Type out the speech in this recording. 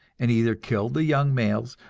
and either killed the young males,